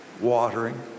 watering